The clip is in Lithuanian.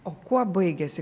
o kuo baigėsi